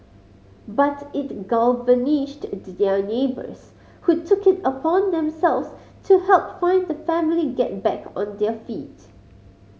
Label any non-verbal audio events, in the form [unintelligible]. but it galvanised [unintelligible] their neighbours who took it upon themselves to help fun the family get back on their feet